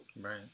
Right